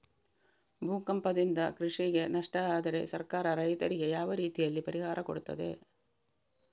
ಭೂಕಂಪದಿಂದ ಕೃಷಿಗೆ ನಷ್ಟ ಆದ್ರೆ ಸರ್ಕಾರ ರೈತರಿಗೆ ಯಾವ ರೀತಿಯಲ್ಲಿ ಪರಿಹಾರ ಕೊಡ್ತದೆ?